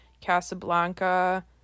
Casablanca